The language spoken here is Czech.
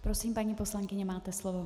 Prosím, paní poslankyně, máte slovo.